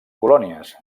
colònies